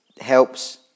helps